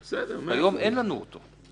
בסך הכל הכללי זה יכול להגיע ל-60 מיליון שקל ארצי,